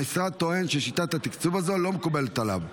המשרד טוען ששיטת התקצוב הזאת לא מקובלת עליו,